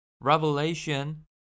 Revelation